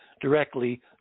directly